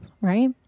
right